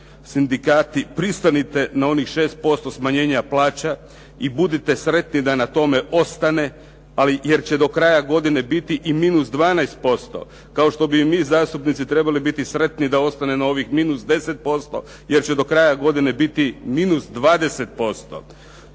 sindikati pristanite na onih 6% smanjenja plaća i budite sretni da na tome ostane, ali jer će do kraja godine biti i misu 12%, kao što bi i mi zastupnici trebali biti sretni da ostane na ovih minus 10%, jer će do kraja godine biti minus 20%.